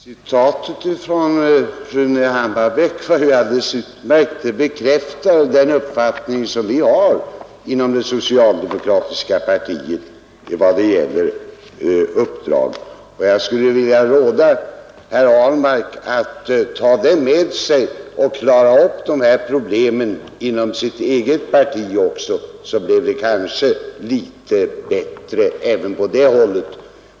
Herr talman! Citatet från Rune Hammarbäck var ju alldeles utmärkt! Det bekräftar den uppfattning som vi har inom socialdemokratiska partiet vad gäller uppdrag. Jag skulle vilja råda herr Ahlmark att ta med sig det och klara upp dessa problem inom sitt eget parti också, ty då blir det kanske litet bättre även på det hållet.